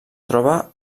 troba